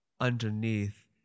underneath